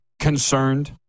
concerned